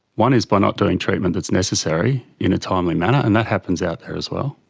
one is by not doing treatment that is necessary in a timely manner, and that happens out there as well,